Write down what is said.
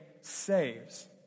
saves